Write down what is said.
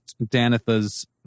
Danitha's